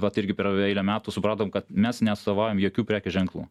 vat irgi per eilę metų supratom kad mes neatstovaujam jokių prekių ženklų